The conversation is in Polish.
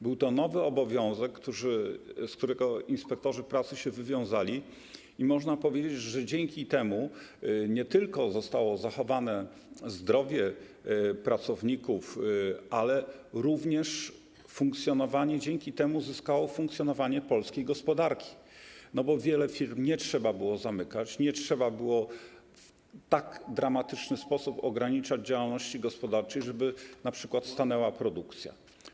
Był to nowy obowiązek, z którego inspektorzy pracy się wywiązali, i można powiedzieć, że dzięki temu nie tylko zostało zachowane zdrowie pracowników, ale również dzięki temu zyskało funkcjonowanie polskiej gospodarki, bo wiele firm nie trzeba było zamykać, nie trzeba było w tak dramatyczny sposób ograniczać działalności gospodarczej, żeby np. stanęła produkcja.